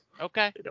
Okay